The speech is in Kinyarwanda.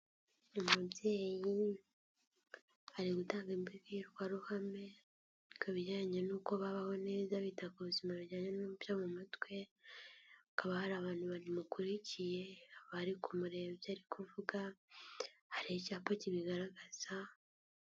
Umubyeyi ari gutanga imbabwirwaruhame ku bijyanye n'uko babaho neza bita ku buzima bujyanye n'ibyo mu mutwe, hakaba hari abantu bamukurikiye, bari kumureba ibyo ari kuvuga, hari icyapa kibigaragaza.